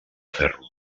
ferro